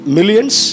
Millions